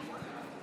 אני עליתי כדי לסגור